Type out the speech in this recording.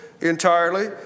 entirely